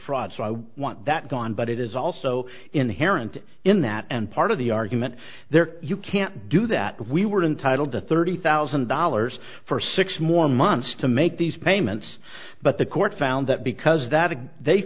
fraud so i want that gone but it is also inherent in that and part of the argument there you can't do that we were entitled to thirty thousand dollars for six more months to make these payments but the court found that because that they